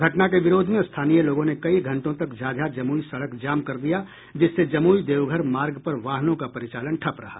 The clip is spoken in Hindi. घटना के विरोध में स्थानीय लोगों ने कई घंटों तक झाझा जमुई सड़क जाम कर दिया है जिससे जमुई देवघर मार्ग पर वाहनों का परिचालन ठप रहा